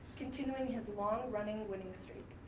continuing his long-running winning streak.